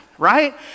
right